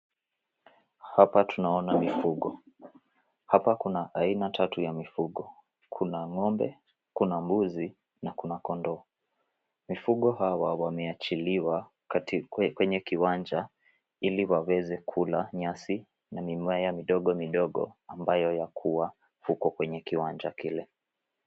Hapa tunaona mifugo. Hapa kuna aina tatu ya mifugo. Kuna ng'ombe, kuna mbuzi na kuna kondoo. Mifugo hawa wameachiliwa katika kiwanja ili waweze kula nyasi na mimea midogo midogo ambayo yakua huko kwenye kiwanja kile.